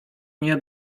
nie